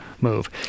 move